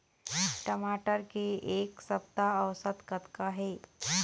टमाटर के एक सप्ता औसत कतका हे?